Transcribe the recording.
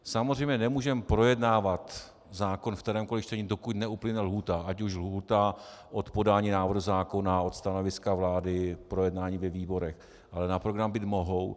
Samozřejmě nemůžeme projednávat zákon ve kterémkoli čtení, dokud neuplyne lhůta, ať už lhůta od podání návrhu zákona, od stanoviska vlády, projednání ve výborech, ale na programu být mohou.